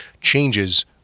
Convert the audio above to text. changes